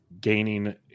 gaining